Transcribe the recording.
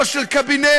לא של קבינט.